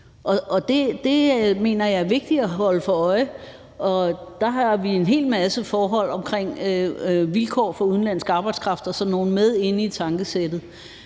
Det mener jeg er vigtigt at holde sig for øje, og der har vi en hel masse forhold omkring vilkår for udenlandsk arbejdskraft og sådan noget med inde i tankesættet.